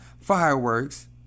fireworks